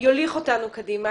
יוליך אותנו קדימה,